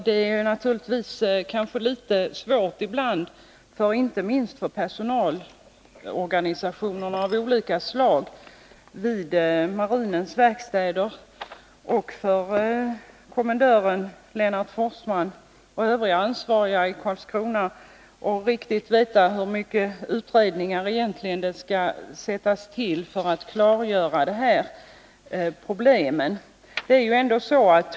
Herr talman! Det är naturligtvis litet svårt ibland — inte minst för de olika personalorganisationerna vid marinens verkstäder, för kommendören Lennart Forsman och övriga ansvariga i Karlskrona — att riktigt veta hur mycket utredningar som måste tillsättas för att klargöra de här problemen.